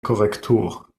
korrektur